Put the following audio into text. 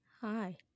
Hi